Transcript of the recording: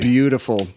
Beautiful